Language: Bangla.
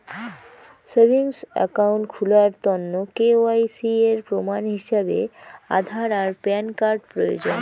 সেভিংস অ্যাকাউন্ট খুলার তন্ন কে.ওয়াই.সি এর প্রমাণ হিছাবে আধার আর প্যান কার্ড প্রয়োজন